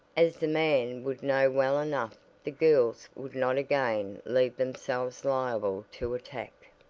as the man would know well enough the girls would not again leave themselves liable to attack.